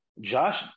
Josh